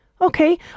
Okay